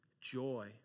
joy